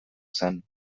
zen